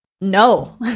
No